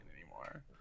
anymore